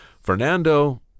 Fernando